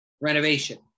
renovation